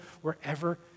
wherever